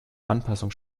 anpassung